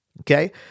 Okay